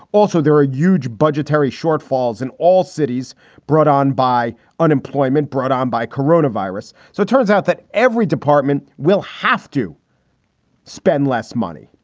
also, there are huge budgetary shortfalls in all cities brought on by unemployment, brought on by corona virus. so it turns out that every department will have to spend less money.